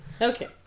Okay